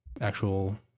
Actual